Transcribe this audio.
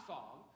Song